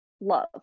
love